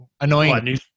Annoying